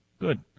Good